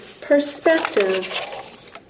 perspective